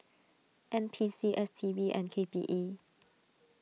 N P C S T B and K P E